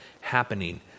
happening